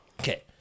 Okay